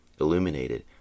illuminated